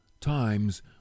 times